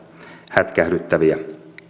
hätkähdyttäviä